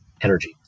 energy